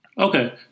okay